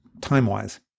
time-wise